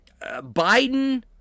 Biden